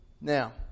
Now